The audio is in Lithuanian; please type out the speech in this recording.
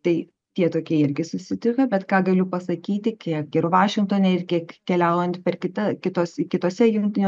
tai tie tokie irgi susitiko bet ką galiu pasakyti kiek ir vašingtone ir kiek keliaujant per kitą kitos kitose jungtinių